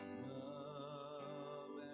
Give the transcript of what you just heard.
love